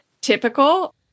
typical